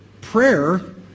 prayer